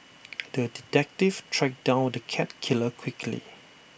the detective tracked down the cat killer quickly